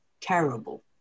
terrible